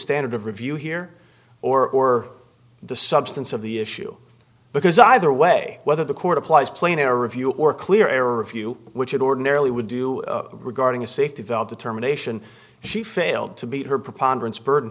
standard of review here or the substance of the issue because either way whether the court applies plane or review or clear error review which it ordinarily would do regarding a safety valve determination she failed to beat her preponderance burden